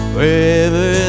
Wherever